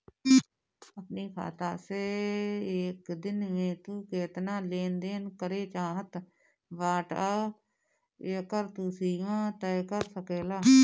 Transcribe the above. अपनी खाता से एक दिन में तू केतना लेन देन करे चाहत बाटअ एकर तू सीमा तय कर सकेला